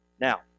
Now